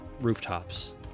rooftops